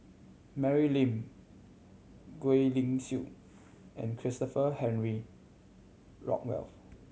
Mary Lim Gwee Li Sui and Christopher Henry Rothwell